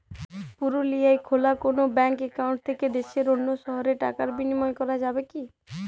পুরুলিয়ায় খোলা কোনো ব্যাঙ্ক অ্যাকাউন্ট থেকে দেশের অন্য শহরে টাকার বিনিময় করা যাবে কি?